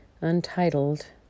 untitled